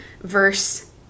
verse